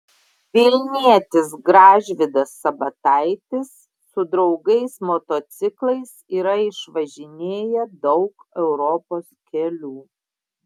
vilnietis gražvydas sabataitis su draugais motociklais yra išvažinėję daug europos kelių